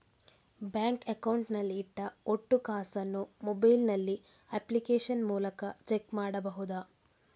Bank account ನಲ್ಲಿ ಇಟ್ಟ ಒಟ್ಟು ಕಾಸನ್ನು ಮೊಬೈಲ್ ನಲ್ಲಿ ಅಪ್ಲಿಕೇಶನ್ ಮೂಲಕ ಚೆಕ್ ಮಾಡಬಹುದಾ?